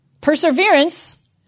Perseverance